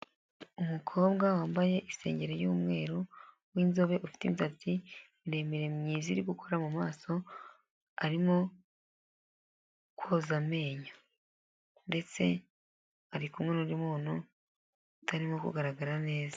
Umukobwa wambaye isengeri y'umweru, w'inzobe, ufite imisatsi miremire myiza iri gukora mu maso, arimo koza amenyo ndetse ari kumwe n'undi muntu utarimo kugaragara neza.